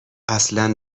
اصلا